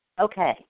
Okay